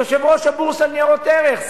יושב-ראש הבורסה לניירות ערך,